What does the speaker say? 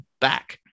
back